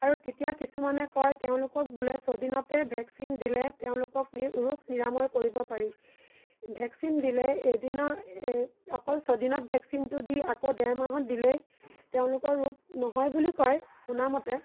আৰু তেতিয়া কিছুমানে কয় তেওঁলোকক বোলে ছদিনতে ভেকচিন দিলে তেওঁলোকক নি ৰোগ নিৰাময় কৰিব পাৰি ভেকচিন দিলে এদিনৰ এই অকল ছদিনত ভেকচিনটো দি আকৌ ডেৰমাহত দিলেই তেওঁলোকৰ ৰোগ নহয় বুলি কয় শুনা মতে